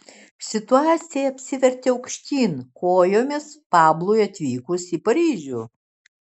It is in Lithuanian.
situacija apsivertė aukštyn kojomis pablui atvykus į paryžių